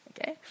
okay